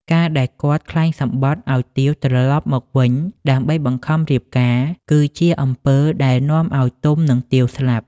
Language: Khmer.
ការដែលគាត់ក្លែងសំបុត្រឲ្យទាវត្រឡប់មកវិញដើម្បីបង្ខំរៀបការ គឺជាអំពើដែលនាំឲ្យទុំ និងទាវស្លាប់។